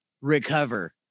recover